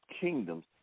kingdoms